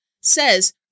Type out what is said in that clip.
says